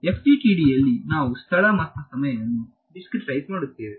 FDTDಯಲ್ಲಿ ನಾವು ಸ್ಥಳ ಮತ್ತು ಸಮಯವನ್ನು ದಿಸ್ತ್ರಿಟ್ಐಸ್ ಮಾಡುತ್ತೇವೆ